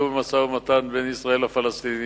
בקידום המשא-ומתן בין ישראל לפלסטינים,